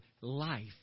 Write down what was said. life